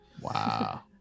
Wow